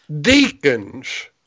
deacon's